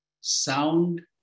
sound